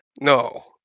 No